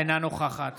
אינה נוכחת